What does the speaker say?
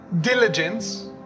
diligence